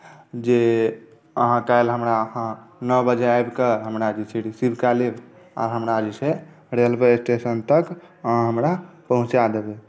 जे अहाँ काल्हि हमरा अहाँ नओ बजे आबि कऽ हमरा जे छै रिसीव कए लेब आ हमरा जे छै रेलवे स्टेशन तक अहाँ हमरा पहुँचा देबै